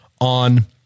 on